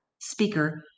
speaker